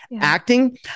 Acting